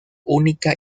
única